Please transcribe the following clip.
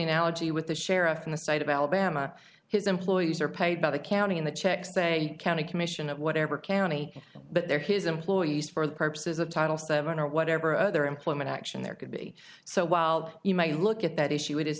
analogy with the sheriff in the state of alabama his employees are paid by the county and the check state county commission at whatever county but they're his employees for the purposes of title seven or whatever other employment action there could be so while you may look at that issue it is